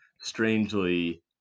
strangely